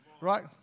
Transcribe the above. right